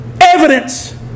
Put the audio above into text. evidence